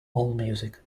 allmusic